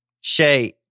Shay